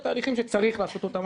תהליכים שצריך לעשות אותם,